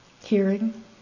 hearing